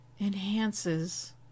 enhances